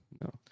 No